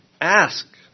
Ask